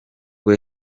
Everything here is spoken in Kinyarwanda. ngo